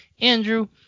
Andrew